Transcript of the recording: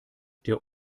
der